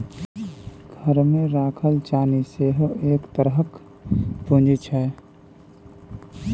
घरमे राखल चानी सेहो एक तरहक पूंजी छै